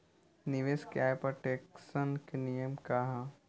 निवेश के आय पर टेक्सेशन के नियम का ह?